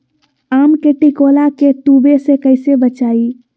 आम के टिकोला के तुवे से कैसे बचाई?